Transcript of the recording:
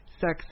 sex